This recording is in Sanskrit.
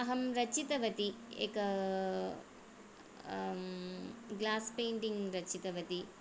अहं रचितवती एक ग्लास् पेण्टिङ्ग् रचितवती